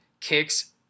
kicks